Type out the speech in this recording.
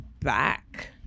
back